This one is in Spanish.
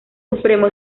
supremo